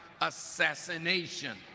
assassination